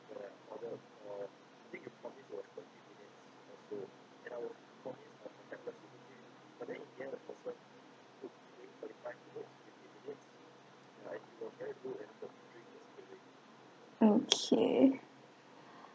okay